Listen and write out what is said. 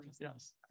yes